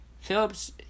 Phillips